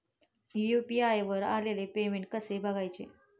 UPI वर आलेले payment कसे बघायचे?